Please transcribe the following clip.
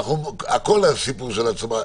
הכול סיפור של הצלחה.